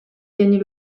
gagner